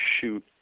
shoot